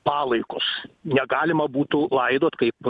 palaikus negalima būtų laidot kaip